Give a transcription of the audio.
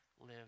live